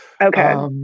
Okay